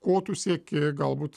ko tu sieki galbūt